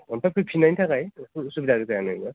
ओमफ्राय फैफिननायनि थाखाय असुिदा जानाय नङाना